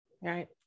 Right